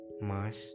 Mars